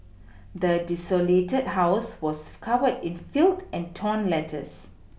the desolated house was covered in felled and torn letters